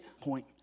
point